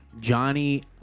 Johnny